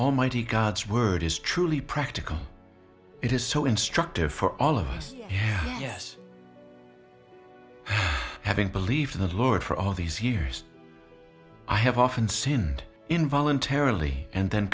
almighty god's word is truly practical it is so instructive for all of us yes having believed the lord for all these years i have often seen in voluntarily and then